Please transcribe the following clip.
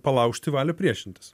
palaužti valią priešintis